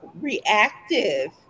reactive